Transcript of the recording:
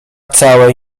całej